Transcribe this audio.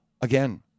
again